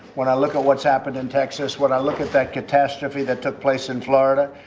when i look at what's happened in texas. what i look at that catastrophe that took place in florida,